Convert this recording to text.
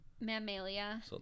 Mammalia